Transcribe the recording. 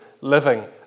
living